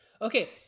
Okay